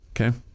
Okay